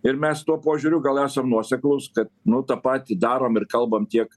ir mes tuo požiūriu gal esam nuoseklūs kad nu tą patį darom ir kalbam tiek